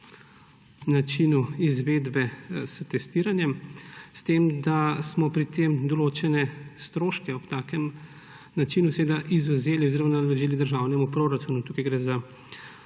načinu izvedbe s testiranjem, s tem da smo pri tem določene stroške ob takem načinu izvzeli oziroma naložili državnemu proračunu. Tukaj gre za